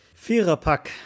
Viererpack